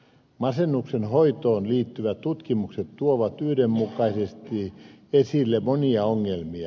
masennuksen hoitoon liittyvät tutkimukset tuovat yhdenmukaisesti esille monia ongelmia